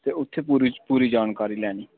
ते उत्थें पूरी जानकारी लैनी